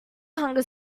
hunger